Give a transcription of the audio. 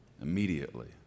Immediately